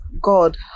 God